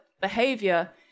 behavior